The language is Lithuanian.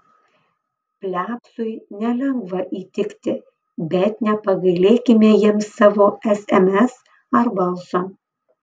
plebsui nelengva įtikti bet nepagailėkime jiems savo sms ar balso